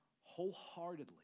wholeheartedly